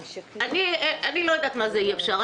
אני לא יודעת מה זה אי אפשר.